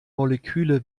moleküle